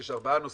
יש ארבעה נושאים,